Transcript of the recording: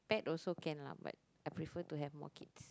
pet also can lah but I prefer to have more kids